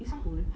it's cool